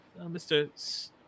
Mr